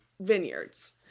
vineyards